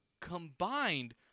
combined